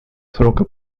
срока